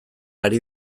ari